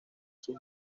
sus